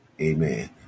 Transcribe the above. Amen